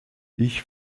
ich